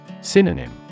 Synonym